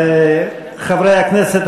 חברי הכנסת,